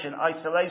isolation